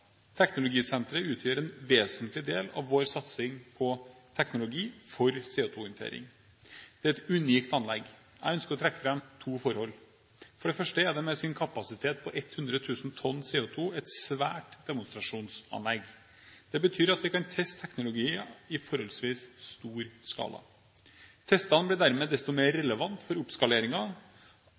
Teknologisenteret utgjør en vesentlig del av vår satsing på teknologi for CO2-håndtering. Det er et unikt anlegg. Jeg ønsker å trekke fram to forhold: For det første er det med sin kapasitet på 100 000 tonn CO2 et svært demonstrasjonsanlegg. Det betyr at vi kan teste teknologier i forholdsvis stor skala. Testene blir dermed desto mer relevante for